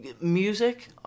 music